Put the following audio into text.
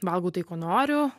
valgau tai ko noriu